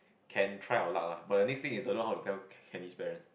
can try our luck lah but the next thing is I don't know how to tell Candy's parents